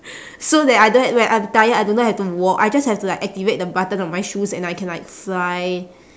so that I don't ha~ when I'm tired I do not have to walk I just have to like activate the button on my shoes and I can like fly